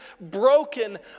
broken